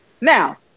Now